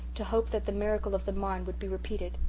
to hope that the miracle of the marne would be repeated.